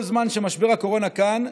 כל זמן שמשבר הקורונה כאן,